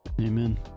amen